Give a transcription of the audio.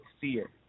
fear